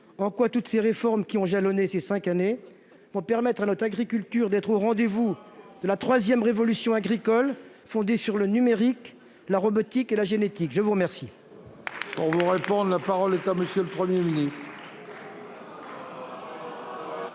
en quoi toutes ces réformes qui ont jalonné ces 5 années pour permettre à notre agriculture d'être au rendez-vous de la 3ème révolution agricole fondée sur le numérique, la robotique et la génétique, je vous remercie.